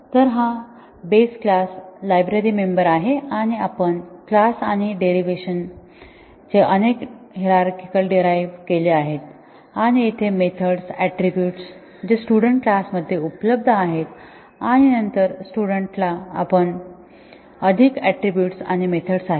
तर हा base class library member आहे आणि आपण क्लास आणि डेरीव्हेशनचे अनेक हिरारचीस डीराईव्ह केले आहेत आणि येथे मेथड्स आट्रिब्युटस जे स्टुडन्ट क्लास मध्ये उपलब्ध आहेत आणि नंतर स्टुडन्ट ला पण अधिक आट्रिब्युटस आणि मेथड्स आहेत